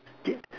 yes